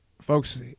Folks